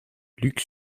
luc